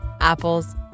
apples